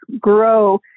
grow